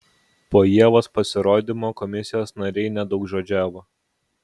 po ievos pasirodymo komisijos nariai nedaugžodžiavo